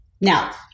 Now